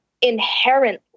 inherently